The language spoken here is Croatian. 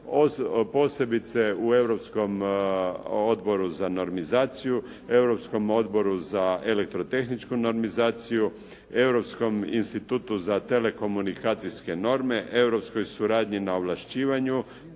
posebice u europskom odboru za normizaciju, europskom odboru za elektrotehničku normizaciju, europskom institutu za telekomunikacijske norme, europskoj suradnji na ovlašćivanju,